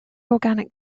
organic